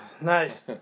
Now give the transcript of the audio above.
Nice